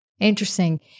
Interesting